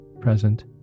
present